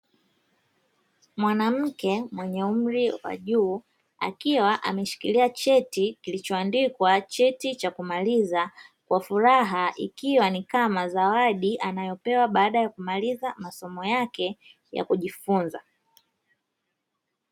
Mwanamke mwenye umri wa juu akiwa ameshikilia cheti kilichoandikwa cheti cha kumaliza, kwa furaha ikiwa ni kama zawadi anayopewa baada ya kumaliza masomo yake ya kujifunza.